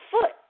foot